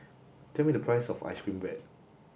tell me the price of ice cream bread